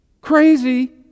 Crazy